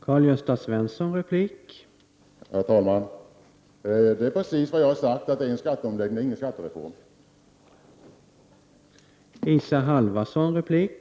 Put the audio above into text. Herr talman! Det är precis vad jag sagt — det är fråga om en skatteomläggning, inte om en skattereform.